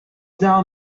down